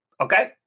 Okay